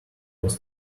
was